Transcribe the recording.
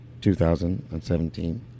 2017